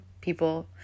people